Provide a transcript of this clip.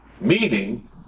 meaning